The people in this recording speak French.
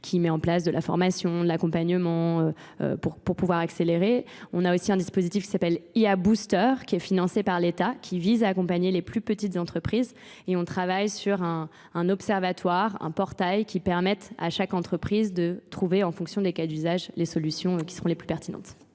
qui met en place de la formation, de l'accompagnement pour pouvoir accélérer. On a aussi un dispositif qui s'appelle IA Booster, qui est financé par l'État, qui vise à accompagner les plus petites entreprises et on travaille sur un observatoire, un portail qui permette à chaque entreprise de trouver en fonction des cas d'usage les solutions qui seront les plus pertinentes.